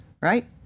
right